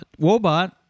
Wobot